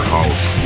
House